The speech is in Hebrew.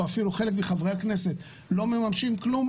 או אפילו חלק מחברי הכנסת לא מממשים כלום,